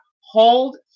hold